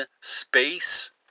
space